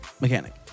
Mechanic